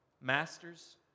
Masters